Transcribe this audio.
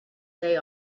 day